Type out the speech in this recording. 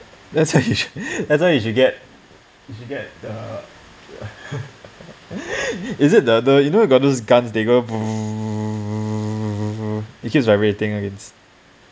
that's why you should get you should get the is it the the one those guns they go it keeps vibrating like it's